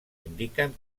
indiquen